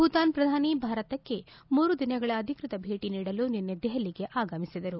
ಭೂತಾನ್ ಪ್ರಧಾನಿ ಭಾರತಕ್ಕೆ ಮೂರು ದಿನಗಳ ಅಧಿಕೃತ ಭೇಟಿ ನೀಡಲು ನಿನ್ನೆ ದೆಹಲಿಗೆ ಆಗಮಿಸಿದರು